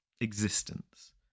existence